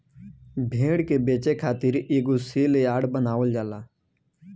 भेड़ के बेचे खातिर एगो सेल यार्ड बनावल जाला